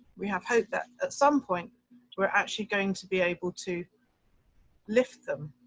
we have hope that at some point we're actually going to be able to lift them.